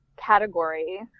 category